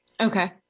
Okay